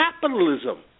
capitalism